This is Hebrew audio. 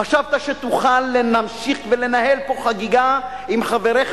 חשבת שתוכל להמשיך ולנהל פה חגיגה עם חבריך